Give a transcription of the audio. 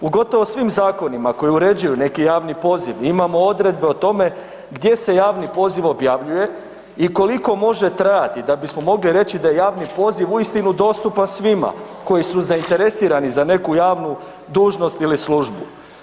U gotovo svim zakonima koji uređuju neki javni poziv, imamo odredbe o tome gdje se javni poziv objavljuje i koliko može trajati, da bismo mogli reći da je javni poziv uistinu dostupan svima koji su zainteresirani za neku javnu dužnost ili službu.